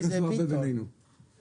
אנחנו ערכנו חיפושים בחברת שטראוס,